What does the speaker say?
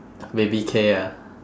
baby K ah